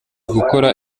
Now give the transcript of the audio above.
gukora